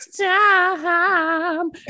Time